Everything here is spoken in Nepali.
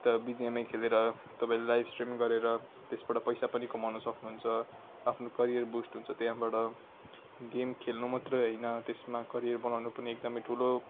त बिजिएमआई खेलेर तपाईँले लाइभ स्ट्रिमिङ गरेर त्यसबाट पैसा पनि कमाउन सक्नुहुन्छ आफ्नो करियर बुस्ट हुन्छ त्यहाँबाट गेम खेल्नु मात्रै होइन त्यसमा करियर बनाउनु पनि एकदमै ठुलो